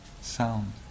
sound